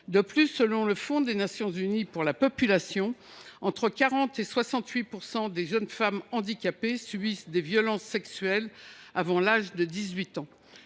De plus, selon le Fonds des Nations unies pour la population, entre 40 % et 68 % des jeunes femmes handicapées subissent des violences sexuelles avant l’âge de 18 ans.